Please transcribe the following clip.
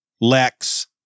Lex